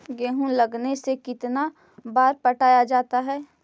गेहूं लगने से कितना बार पटाया जाता है?